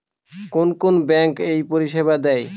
কোন কোন ব্যাঙ্ক এই পরিষেবা দেয়?